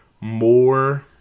more